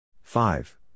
five